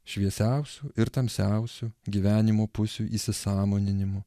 šviesiausių ir tamsiausių gyvenimo pusių įsisąmoninimu